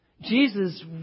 Jesus